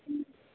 হুম